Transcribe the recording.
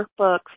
workbooks